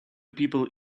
people